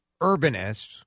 urbanists